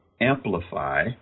AMPLIFY